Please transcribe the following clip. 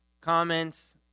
comments